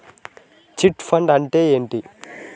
Chit fund అంటే ఏంటి?